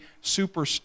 super